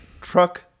truck